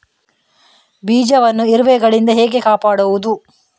ಬೀಜವನ್ನು ಇರುವೆಗಳಿಂದ ಹೇಗೆ ಕಾಪಾಡುವುದು?